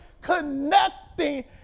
connecting